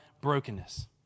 brokenness